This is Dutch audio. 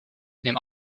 neem